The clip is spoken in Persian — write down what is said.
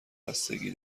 بستگی